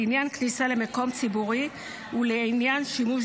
לעניין כניסה למקום ציבורי ולעניין שימוש